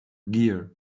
gear